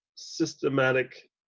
systematic